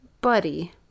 Buddy